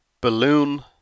balloon